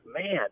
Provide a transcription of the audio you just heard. man